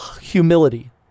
humility